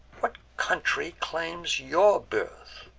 what country claims your birth?